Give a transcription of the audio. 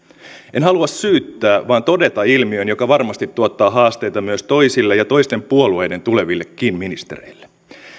en halua syyttää vaan todeta ilmiön joka varmasti tuottaa haasteita myös toisille ja toisten puolueiden tulevillekin ministereille